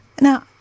Now